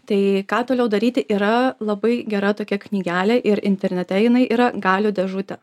tai ką toliau daryti yra labai gera tokia knygelė ir internete jinai yra galių dėžutė